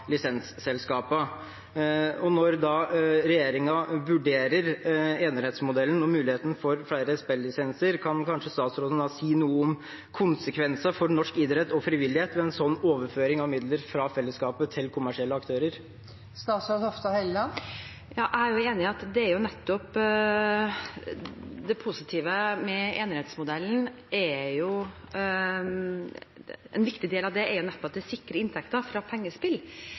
Når regjeringen vurderer enerettsmodellen og muligheten for flere spillisenser, kan statsråden kanskje si noe om konsekvenser for norsk idrett og frivillighet ved en slik overføring av midler fra fellesskapet til kommersielle aktører? Jeg er enig i at det positive med enerettsmodellen og en viktig del av den nettopp er at det sikrer inntekter fra pengespill